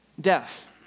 death